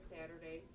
Saturday